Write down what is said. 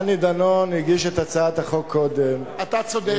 דני דנון הגיש את הצעת החוק קודם -- אתה צודק.